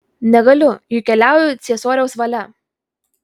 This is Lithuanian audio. negaliu juk keliauju ciesoriaus valia